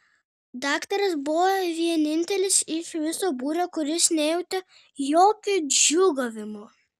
daktaras buvo vienintelis iš viso būrio kuris nejautė jokio džiūgavimo